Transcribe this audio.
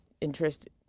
interest